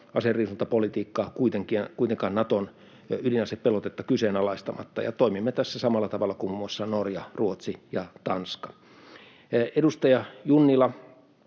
aseriisuntapolitiikkaa, kuitenkaan Naton ydinasepelotetta kyseenalaistamatta, ja toimimme tässä samalla tavalla kuin muiden muassa Norja, Ruotsi ja Tanska. Edustaja Junnila